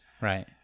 right